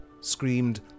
screamed